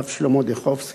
הרב שלמה דיכובסקי,